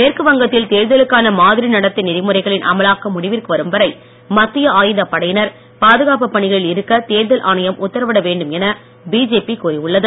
மேற்று வங்கத்தில் தேர்தலுக்கான மாதிரி நடத்தை நெறிமுறைகளின் அமலாக்கம் முடிவிற்கு வரும் வரை மத்திய ஆயுதப் படையினர் பாதுகாப்புப் பணிகளில் இருக்க தேர்தல் ஆணையம் உத்தரவிட வேண்டுமென பிஜேபி கூறியுள்ளது